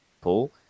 pool